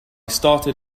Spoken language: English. started